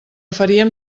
faríem